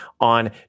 on